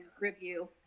review